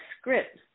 script